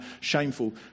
shameful